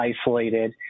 isolated